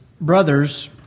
brothers